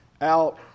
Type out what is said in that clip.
out